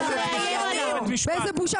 איזו בושה.